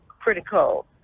critical